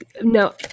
no